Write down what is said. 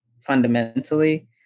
fundamentally